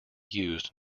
used